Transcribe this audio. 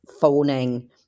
phoning